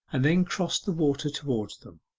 and then crossed the water towards them.